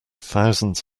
thousands